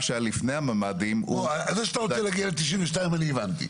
שהיה לפני הממ"דים --- זה שאתה רוצה להגיע ל-92' אני הבנתי.